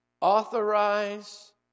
authorize